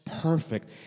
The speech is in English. perfect